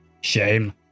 Shame